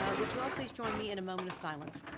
ah would you all please join me in a moment of silence?